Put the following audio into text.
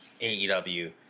AEW